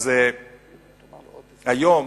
היום,